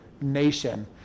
nation